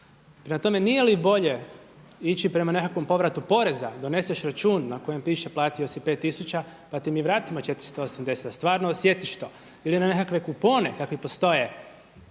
Prema tome, nije li bolje ići prema nekakvom povratu poreza, doneseš račun na kojem piše platio si 5 tisuća pa ti mi vratimo 480 stvarno osjetiš to. Ili na nekakve kupone kakvi postoje